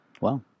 Wow